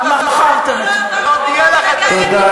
אנו מבקשים וקוראים להקל עליהם להצטרף אל עמנו." בגין אמר,